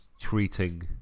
treating